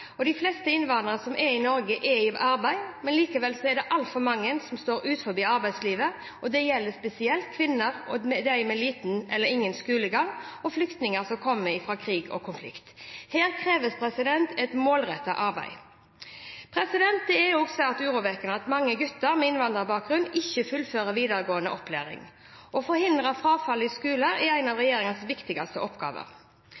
De fleste innvandrere i Norge er i arbeid, men det er likevel altfor mange som står utenfor arbeidslivet. Dette gjelder spesielt kvinner, de med liten eller ingen skolegang og flyktninger som kommer fra krig og konflikt. Her kreves et målrettet arbeid. Det er også svært urovekkende at mange gutter med innvandrerbakgrunn ikke fullfører videregående opplæring. Å forhindre frafall fra skole er en av regjeringens viktigste oppgaver.